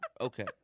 Okay